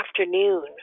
afternoon